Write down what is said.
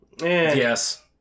Yes